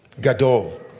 Gadol